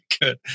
good